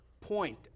point